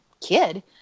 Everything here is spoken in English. kid